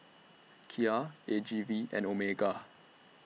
Kia A G V and Omega